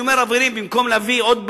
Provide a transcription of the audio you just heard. חברים, אני אומר: במקום להביא עוד בעיות,